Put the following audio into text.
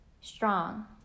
strong